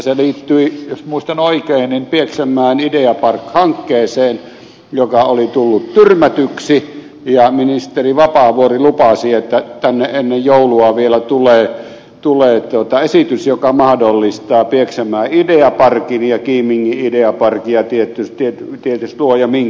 se liittyi jos muistan oikein pieksämäen ideapark hankkeeseen joka oli tullut tyrmätyksi ja ministeri vapaavuori lupasi että tänne ennen joulua vielä tulee esitys joka mahdollistaa pieksämäen ideaparkin ja kiimingin ideaparkin ja luoja ties minkä parkin